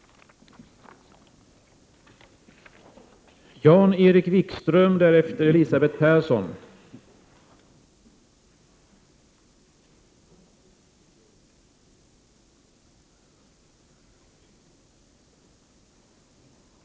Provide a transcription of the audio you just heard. Debatten om utbildning var härmed avslutad. Kammaren övergick till att debattera kultur.